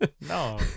no